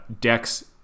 decks